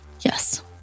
Yes